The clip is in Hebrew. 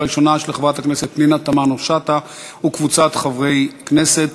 של חבר הכנסת שמעון סולומון וקבוצת חברי הכנסת,